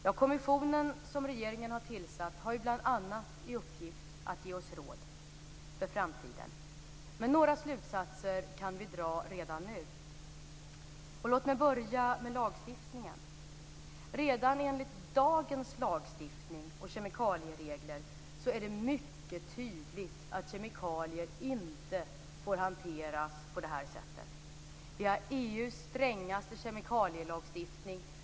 Den kommission som regeringen har tillsatt har bl.a. i uppgift att ge oss råd för framtiden. Men några slutsatser kan vi dra redan nu. Låt mig börja med lagstiftningen. Redan enligt dagens lagstiftning och kemikalieregler är det mycket tydligt att kemikalier inte får hanteras på det här sättet. Vi har EU:s strängaste kemikalielagstiftning.